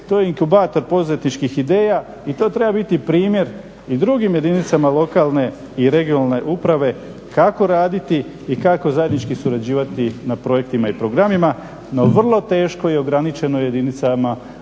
To je inkubator poduzetničkih ideja i to treba biti primjer i drugim jedinicama lokalne i regionalne uprave kako raditi i kako zajednički surađivati na projektima i na programima no vrlo teško je i ograničeno jedinicama